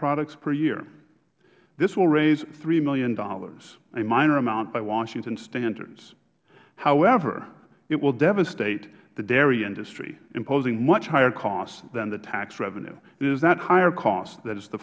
products per year this will raise three dollars million a minor amount by washington standards however it will devastate the dairy industry imposing much higher costs than the tax revenue and it is that higher cost that is the